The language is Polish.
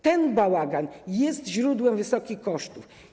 Ten bałagan jest źródłem wysokich kosztów.